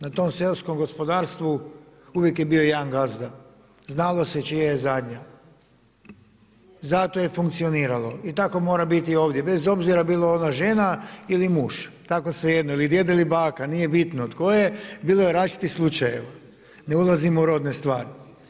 Na tom seoskom gospodarstvu, uvijek je bio 1 gazda, znalo se čija je zadnja i zato je funkcioniralo i tako mora biti ovdje, bez obzira bila ona žena ili muž, tako svejedno ili djed ili baka, nije bitno tko je, bilo je različitih slučajeva, ne ulazim u rodne stvari.